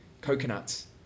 coconuts